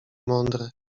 mądre